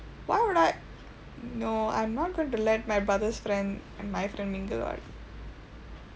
why would like no I'm not going to let my brother's friend and my friend mingle [what]